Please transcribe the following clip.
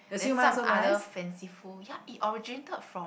then some other fanciful ya it originated from